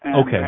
Okay